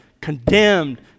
condemned